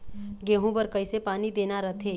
गेहूं बर कइसे पानी देना रथे?